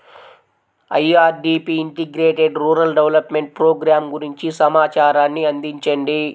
IRDP integrated rural development program గురించి సమాచారాన్ని అందించండి?